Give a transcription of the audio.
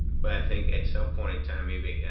but i think at some point in time, maybe